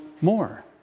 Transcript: more